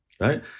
right